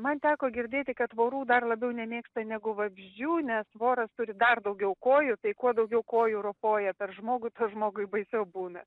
man teko girdėti kad vorų dar labiau nemėgsta negu vabzdžių nes voras turi dar daugiau kojų tai kuo daugiau kojų ropoja per žmogų tas žmogui baisiau būna